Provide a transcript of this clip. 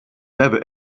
never